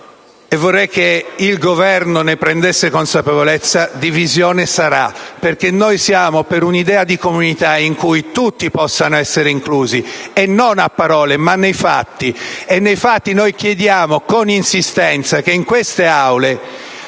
(vorrei che il Governo ne prendesse consapevolezza), divisione sarà, perché noi siamo per un'idea di comunità in cui tutti possano essere inclusi e non a parole, ma nei fatti. Proprio nei fatti chiediamo con insistenza che in queste Aule,